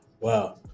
Wow